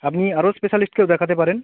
আপনি আরও স্পেশালিস্টকেও দেখাতে পারেন